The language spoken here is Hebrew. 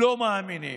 לא מאמינים.